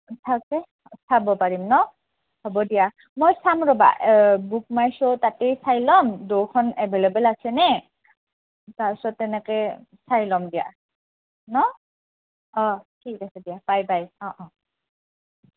চাব পাৰিম ন হ'ব দিয়া মই চাম ৰ'বা বুক মাই শ্ব' তাতেই চাই ল'ম দুয়োখন এভেইলেবল আছেনে তাৰপিছত তেনেকৈ চাই ল'ম দিয়া ন অঁ ঠিক আছে দিয়া বাই বাই অঁ অঁ